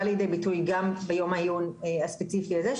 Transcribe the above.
לידי ביטוי גם ביום העיון הספציפי הזה.